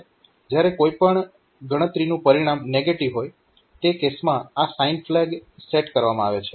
જ્યારે કોઈ પણ ગણતરીનું પરિણામ નેગેટીવ હોય તે કેસમાં આ સાઇન ફ્લેગ સેટ કરવામાં આવે છે